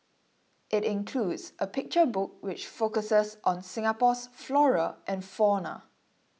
it includes a picture book which focuses on Singapore's flora and fauna